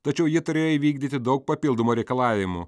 tačiau jie turėjo įvykdyti daug papildomų reikalavimų